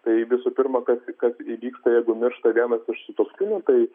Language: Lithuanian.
tai visų pirma kas kas įvyksta jeigu miršta vienas iš sutuoktinių tai